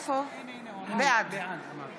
בעד